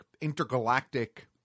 intergalactic